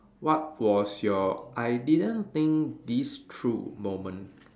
what was your I didn't think this through moment